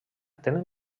tenen